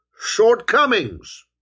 shortcomings